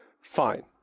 fine